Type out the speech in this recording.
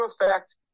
effect